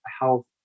health